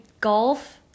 golf